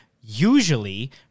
usually